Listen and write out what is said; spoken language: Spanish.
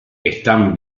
están